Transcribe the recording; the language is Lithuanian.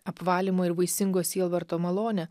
apvalymo ir vaisingo sielvarto malonę